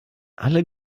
alle